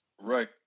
Right